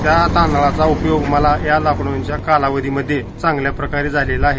त्या तांदळाचा उपयोग मला या लॉकडाऊनच्या कालावधीमध्ये चांगल्याप्रकारे झालेला आहे